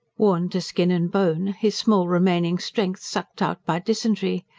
worn to skin and bone, his small remaining strength sucked out by dysentery,